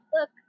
look